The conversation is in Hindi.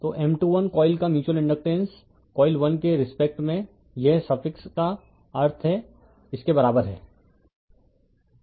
रिफर स्लाइड टाइम 0315 तो M21 कॉइल का म्यूच्यूअल इंडकटेन्स कॉइल 1 के रिस्पेक्ट में यह सफिक्स का अर्थ है इसके बारबर है